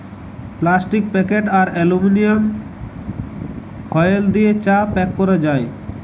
plastic packet আর aluminium foil দিয়ে চা প্যাক ক্যরা যায়